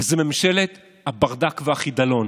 וזה ממשלת הברדק והחידלון.